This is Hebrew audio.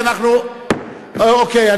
אוקיי.